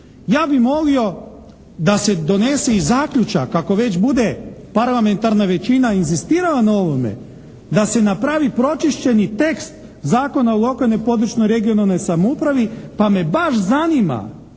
Ja bih molio da se donese i zaključak, ako već bude parlamentarna većina inzistirala na ovome, da se napravi pročišćeni tekst Zakona o lokalnoj i područnoj regionalnoj samoupravi pa me baš zanima